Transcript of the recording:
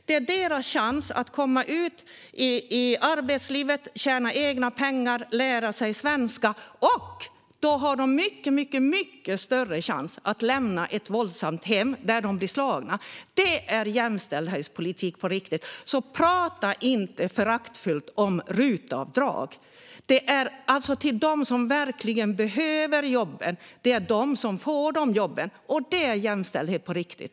Det är deras chans att komma ut i arbetslivet, tjäna egna pengar och lära sig svenska. Då har de mycket större chans att lämna ett våldsamt hem där de blir slagna. Det är jämställdhetspolitik på riktigt. Så tala inte föraktfullt om RUT-avdrag! Det är verkligen de som behöver jobben som får dessa jobb, och det är jämställdhet på riktigt.